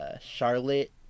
Charlotte